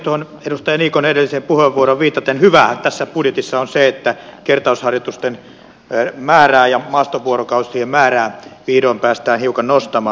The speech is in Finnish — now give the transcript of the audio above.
tuohon edustaja niikon edelliseen puheenvuoroon viitaten hyväähän tässä budjetissa on se että kertausharjoituksen määrää ja maastovuorokausien määrää vihdoin päästään hiukan nostamaan